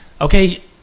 Okay